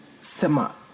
Sema